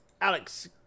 Alex